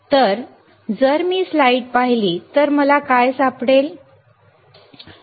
तर जर मी स्लाइड पाहिली तर मला काय सापडेल